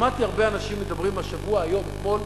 שמעתי הרבה אנשים מדברים השבוע, היום, אתמול: